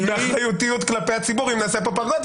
באחריותיות כלפי הציבור אם נעשה פה פרגוד,